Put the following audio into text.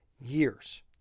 years